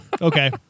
Okay